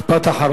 משפט אחרון.